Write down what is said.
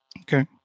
Okay